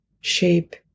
shape